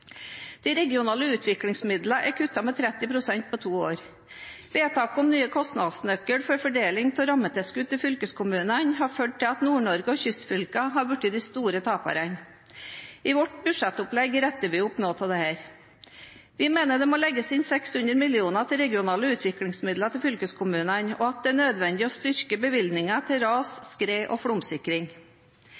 De regionale utviklingsmidlene er kuttet med 30 pst. på to år. Vedtaket om nye kostnadsnøkler for fordeling av rammetilskudd til fylkeskommunene har ført til at Nord-Norge og kystfylkene har blitt de store taperne. I vårt budsjettopplegg retter vi opp noe av dette. Vi mener det må legges inn 600 mill. kr til regionale utviklingsmidler til fylkeskommunene, og at det er nødvendig å styrke bevilgningene til ras-, skred- og flomsikring.